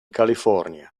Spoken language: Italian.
california